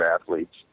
athletes